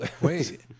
Wait